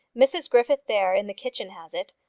mrs griffith, there, in the kitchen has it.